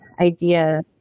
idea